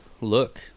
look